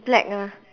black ah